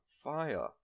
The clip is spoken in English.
fire